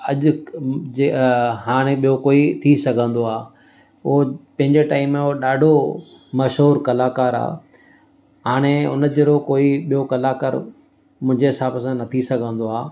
अॼु जे हाणे ॿियो कोई थी सघंदो आहे उहो पंहिंजे टाइम जो ॾाढो मशहूर कलाकार आहे हाणे हुन जहिड़ो कोई ॿियो कलाकार मुंहिंजे हिसाबु सां न थी सघंदो आहे